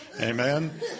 Amen